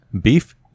beef